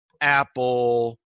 Apple